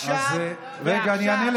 קודם כול, אתה תתנצל